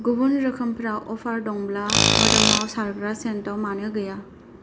गुबुन रोखोमफोराव अफार दङब्ला मोदोमाव सारग्रा सेन्टआव मानो गैया